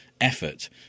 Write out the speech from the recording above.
effort